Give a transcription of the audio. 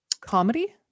Comedy